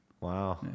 Wow